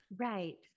Right